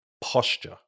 posture